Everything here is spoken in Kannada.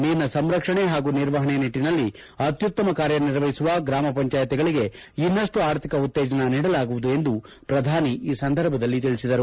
ನೀರಿನ ಸಂರಕ್ಷಣೆ ಹಾಗೂ ನಿರ್ವಹಣೆ ನಿಟ್ಟಿನಲ್ಲಿ ಅತ್ಯುತ್ತಮ ಕಾರ್ಯ ನಿರ್ವಹಿಸುವ ಗ್ರಾಮಪಂಚಾಯ್ತಿಗಳಿಗೆ ಇನ್ನಷ್ಟು ಆರ್ಥಿಕ ಉತ್ತೇಜನ ನೀಡಲಾಗುವುದು ಎಂದು ಪ್ರಧಾನಿ ಈ ಸಂದರ್ಭದಲ್ಲಿ ತಿಳಿಸಿದರು